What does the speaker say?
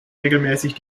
regelmäßig